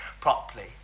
properly